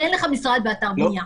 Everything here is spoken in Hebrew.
אין לך משרד באתר בנייה.